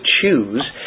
choose